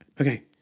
okay